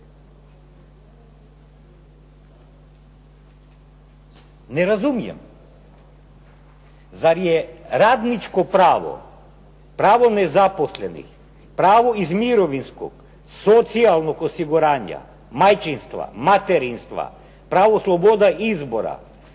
Ne razumijem. Zar je radničko pravo, pravo nezaposlenih, pravo iz mirovinskog, socijalnog osiguranja, majčinstva, materinstva, pravo sloboda izbora